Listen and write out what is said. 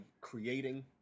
creating